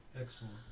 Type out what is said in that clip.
Excellent